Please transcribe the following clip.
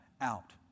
out